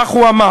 כך הוא אמר.